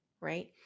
right